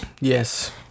yes